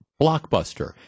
Blockbuster